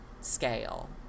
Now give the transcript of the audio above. Scale